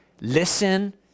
Listen